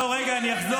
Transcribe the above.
למה אתה לא עונה?